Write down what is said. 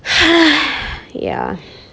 ya